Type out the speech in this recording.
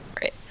right